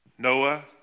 Noah